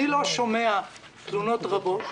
אני לא שומע תלונות רבות.